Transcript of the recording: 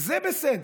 זה בסדר,